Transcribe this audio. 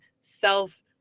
self